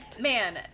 Man